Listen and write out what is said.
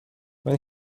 when